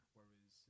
Whereas